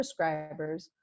prescribers